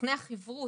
סוכני חיברות,